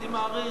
אני מעריך,